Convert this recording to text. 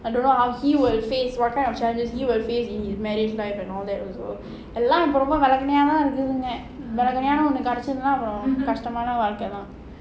I don't know how he will face what kind of challenges he will face in his marriage life and all that also எல்லாம் குடும்பம் தனி தனியாத்தான் இருக்குது தனியா தனியா இருந்தா கடைசில கஷ்டம் தான்:ella kudumbamum thani thaniya thaan irukuthu thani thaniyaa irunthaa kadaisila kashtam thaan